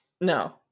No